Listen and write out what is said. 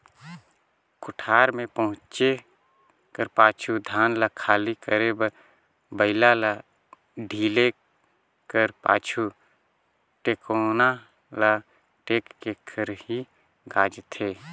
कोठार मे पहुचे कर पाछू धान ल खाली करे बर बइला ल ढिले कर पाछु, टेकोना ल टेक के खरही गाजथे